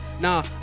Nah